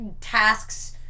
tasks